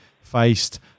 faced